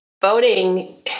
voting